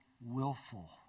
willful